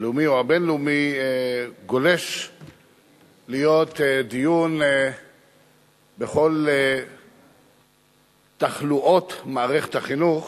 הלאומי או הבין-לאומי גולש להיות דיון בכל תחלואות מערכת החינוך